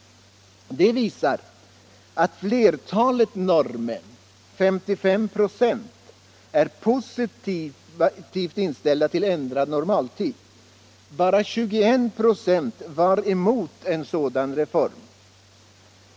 De visar att flertalet norrmän — 55 ">,— är positivt inställda till ändrad normaltid. Bara 21 "5 är emot en sådan reform.